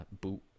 boot